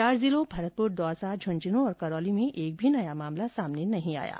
चार जिलों भरतपुर दौसा झुंझुनूं और करौली में एक भी नया मामला सामने नहीं आया है